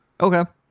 Okay